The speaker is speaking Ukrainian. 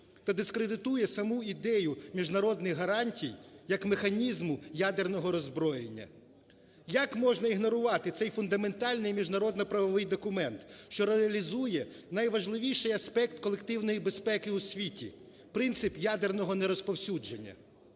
Та дискредитує саму ідею міжнародних гарантій як механізму ядерного роззброєння. Як можна ігнорувати цей фундаментальний міжнародно-правовий документ, що реалізує найважливіший аспект колективної безпеки у світі – принцип ядерного нерозповсюдження?